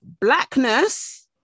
blackness